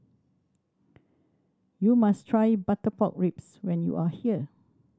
you must try butter pork ribs when you are here